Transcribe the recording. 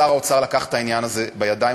שר האוצר לקח את העניין הזה בידיים,